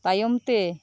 ᱛᱟᱭᱚᱢᱛᱮ